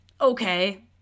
okay